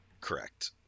Correct